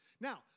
Now